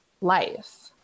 life